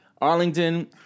Arlington